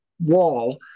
wall